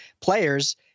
players